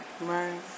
Right